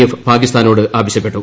F പാകിസ്ഥാനോട് ആവശ്യപ്പെട്ടു